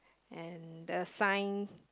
and the signs